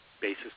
basis